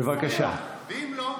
ואם לא?